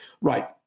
right